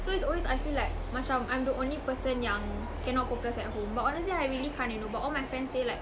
so it's always I feel like macam I'm the only person yang cannot focus at home but honestly I really can't you know but all my friends say like